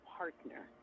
partner